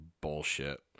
bullshit